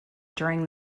during